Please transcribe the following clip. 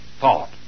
thought